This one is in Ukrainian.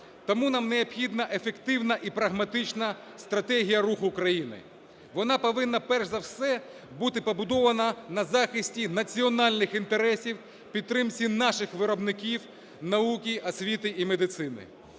Тому нам необхідна ефективна і прагматична стратегія руху країни. Вона повинна перш за все бути побудована на захисті національних інтересів, підтримці наших виробників, науки, освіти і медицини.